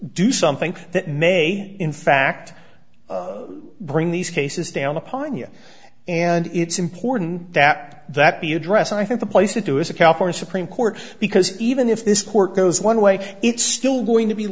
do something that may in fact bring these cases down upon you and it's important that that be addressed and i think the place to do is a california supreme court because even if this court goes one way it's still going to be